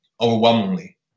overwhelmingly